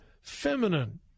feminine